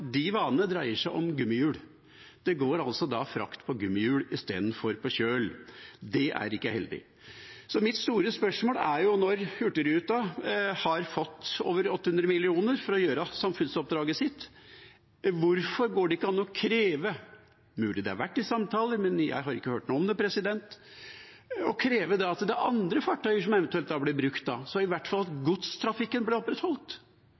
de vanene dreier seg om gummihjul. Det går altså da frakt på gummihjul i stedet for på kjøl. Det er ikke heldig. Mitt store spørsmål er: Når Hurtigruten har fått over 800 mill. kr for å utføre samfunnsoppdraget sitt, hvorfor går det ikke an å kreve at andre fartøy eventuelt da blir brukt, så i hvert fall godstrafikken blir opprettholdt? De må jo levere på den plikten de har. Det er mulig det